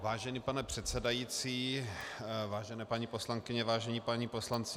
Vážený pane předsedající, vážené paní poslankyně, vážení páni poslanci.